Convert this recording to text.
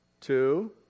two